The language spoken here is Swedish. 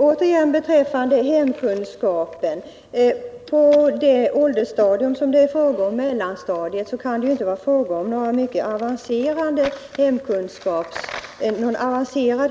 Herr talman! Beträffande hemkunskapen kan det ju när det gäller det ifrågavarande stadiet, mellanstadiet, inte vara fråga om någon särskilt avancerad